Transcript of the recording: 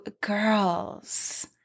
girls